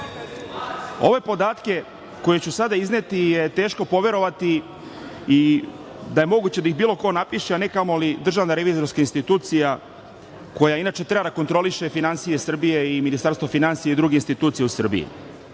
Ove podatke koje ću sada izneti je teško poverovati i da je moguće da ih bilo ko napiše, a ne kamoli Državna revizorska institucija koja inače treba da kontroliše finansije Srbije i Ministarstvo finansija i druge institucije u Srbiji. Dakle,